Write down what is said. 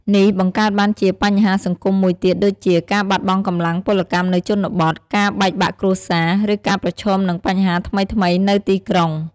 នេះបង្កើតបានជាបញ្ហាសង្គមមួយទៀតដូចជា ការបាត់បង់កម្លាំងពលកម្មនៅជនបទ ការបែកបាក់គ្រួសារ ឬការប្រឈមនឹងបញ្ហាថ្មីៗនៅទីក្រុង។